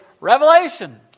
Revelation